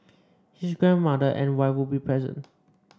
his grandmother and wife would be present